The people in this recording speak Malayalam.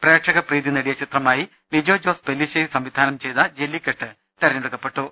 പ്രേക്ഷക പ്രീതി നേടിയ ചിത്രമായി ലിജോ ജോസ് പെല്ലിശ്ശേരി സംവിധാനം ചെയ്ത ജെല്ലിക്കെട്ട് തെരഞ്ഞെടുക്കപ്പെട്ടു